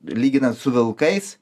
lyginant su vilkais